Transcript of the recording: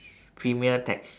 premier taxi